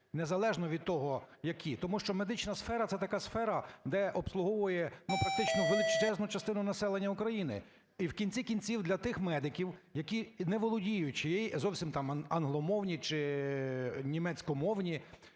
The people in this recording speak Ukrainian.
незалежно від того які. Тому що медична сфера – це така сфера, де обслуговує, ну, практично величезну частину населення України. І в кінці-кінців для тих медиків, які і не володіючи, і зовсім там англомовні чи німецькомовні,